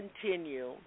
continue